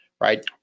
right